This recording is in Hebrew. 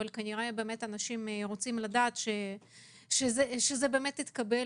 אבל כנראה שאנשים רוצים לדעת שזה באמת התקבל